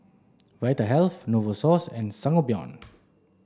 Vitahealth Novosource and Sangobion